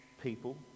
People